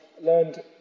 learned